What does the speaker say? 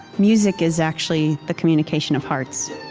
music is actually the communication of hearts.